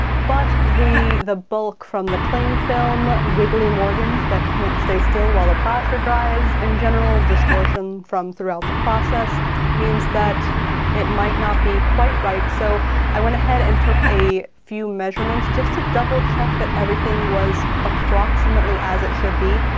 but the the bulk from the cling film, wiggly morgans that can't stay still while the plaster dries and general distortion from throughout the process means that it might not be quite right. so i went ahead and took a few measurements just to double check that everything was approximately as it should be,